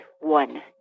one